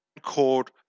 called